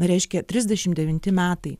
na reiškia trisdešim devinti metai